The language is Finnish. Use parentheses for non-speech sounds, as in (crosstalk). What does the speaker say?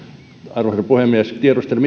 arvoisa puhemies tiedustelen (unintelligible)